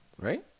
Right